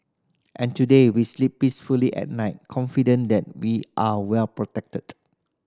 and today we sleep peacefully at night confident that we are well protected